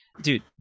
dude